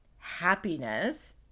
happiness